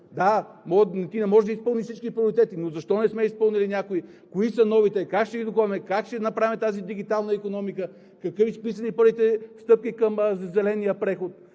Да, ти не можеш да изпълниш всички приоритети, но защо не сме изпълнили някои, които са новите, как ще ги допълваме, как ще направим тази дигитална икономика, какви са изписаните като първи стъпки към зеления преход,